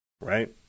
right